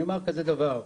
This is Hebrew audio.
אני אומר כזה דבר,